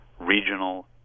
regional